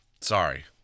Sorry